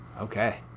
okay